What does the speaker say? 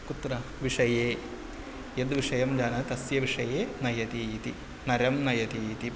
कुत्र विषये यद्विषयं जानाति तस्य विषये नयति इति नरं नयति इति